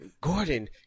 Gordon